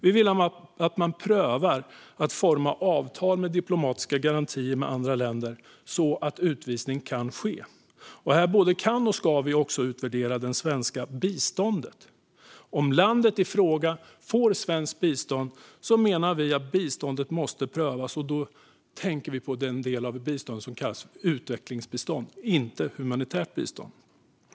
Vi vill att man prövar att forma avtal med diplomatiska garantier med andra länder så att utvisning kan ske. Här både kan och ska vi också utvärdera det svenska biståndet. Om landet i fråga får svenskt bistånd menar vi att biståndet måste prövas, och då tänker vi på den del av biståndet som kallas utvecklingsbistånd, inte humanitärt bistånd.